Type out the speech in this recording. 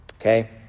Okay